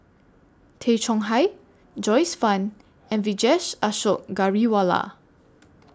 Tay Chong Hai Joyce fan and Vijesh Ashok Ghariwala